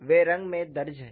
वे रंग में दर्ज हैं